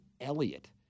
Elliot